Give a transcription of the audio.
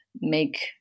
make